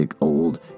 old